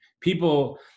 people